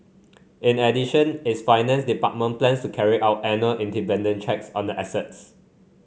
in addition its finance department plans to carry out annual independent checks on the assets